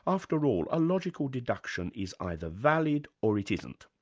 after all, a logical deduction is either valid or it isn't.